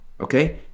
okay